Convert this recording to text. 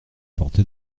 porter